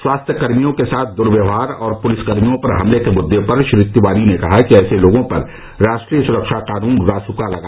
स्वास्थ्य कर्मियों के साथ द्व्यवहार और पूलिस कर्मियों पर हमले के मुद्दे पर श्री तिवारी ने कहा कि ऐसे लोगों पर राष्ट्रीय सुरक्षा कानून रासुका लगाया गया है